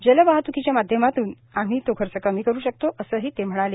जलवाहत्कीच्या माध्यमातून आम्ही खर्च कमी करू शकतो असेही ते म्हणाले